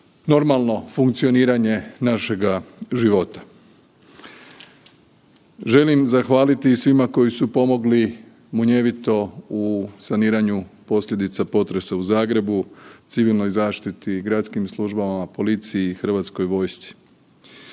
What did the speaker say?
normalno funkcioniranje našega života. Želim zahvaliti i svima koji su pomogli munjevito u saniranju posljedica potresa u Zagrebu, civilnoj zaštiti, gradskim službama, policiji i HV-u. Ovaj